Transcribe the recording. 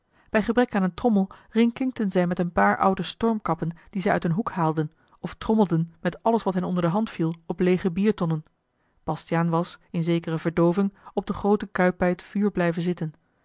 bij gebrek aan een trommel rinkinkten zij met een paar oude stormkappen die zij uit een hoek haalden of trommelden met alles wat hen onder de hand viel op leêge biertonnen bastiaan was in zekere verdooving op de groote kuip bij het vuur blijven zitten